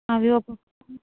అవి ఒక